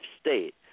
state